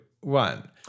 one